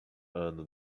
ano